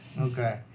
Okay